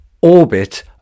orbit